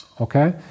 okay